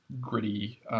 gritty